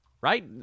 right